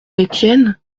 étienne